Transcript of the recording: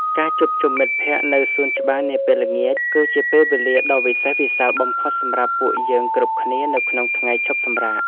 ការជួបជុំមិត្តភក្តិនៅសួនច្បារនាពេលល្ងាច គឺជាពេលវេលាដ៏វិសេសវិសាលបំផុតសម្រាប់ពួកយើងគ្រប់គ្នានៅក្នុងថ្ងៃឈប់សម្រាក។